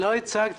לא כך הצגתי.